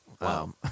Wow